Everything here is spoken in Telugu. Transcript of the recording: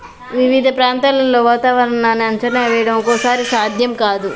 వివిధ ప్రాంతాల్లో వాతావరణాన్ని అంచనా వేయడం ఒక్కోసారి సాధ్యం కాదు